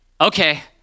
Okay